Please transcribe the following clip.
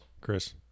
Chris